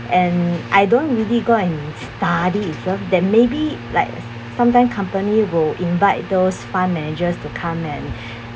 and I don't really go and study itself that maybe like sometime company will invite those fund managers to come and uh